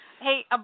Hey